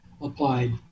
applied